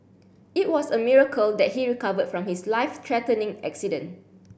it was a miracle that he recovered from his life threatening accident